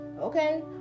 Okay